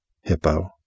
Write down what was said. hippo